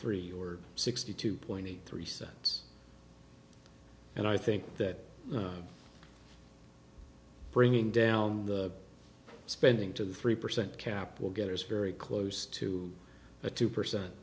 three or sixty two point eight three cents and i think that bringing down the spending to the three percent cap will get is very close to a two percent